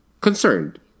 concerned